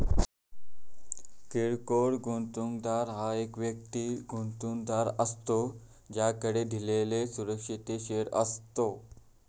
किरकोळ गुंतवणूकदार ह्यो वैयक्तिक गुंतवणूकदार असता ज्याकडे दिलेल्यो सुरक्षिततेचो शेअर्स असतत